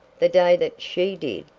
the day that she did,